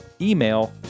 email